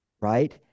Right